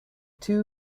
two